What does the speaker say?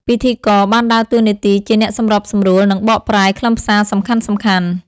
ពិធីករបានដើរតួនាទីជាអ្នកសម្របសម្រួល និងបកប្រែខ្លឹមសារសំខាន់ៗ។